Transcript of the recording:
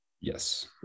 Yes